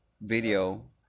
video